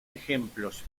ejemplos